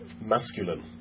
masculine